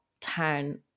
town